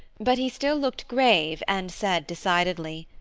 but he still looked grave and said decidedly,